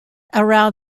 around